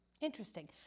Interesting